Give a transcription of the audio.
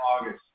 August